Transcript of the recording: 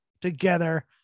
together